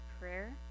prayer